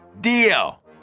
Deal